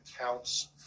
counts